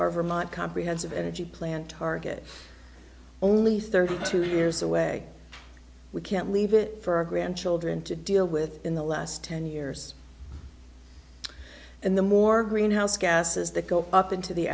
our vermont comprehensive energy plan target only thirty two years away we can't leave it for our grandchildren to deal with in the last ten years and the more greenhouse gases that go up into the